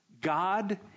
God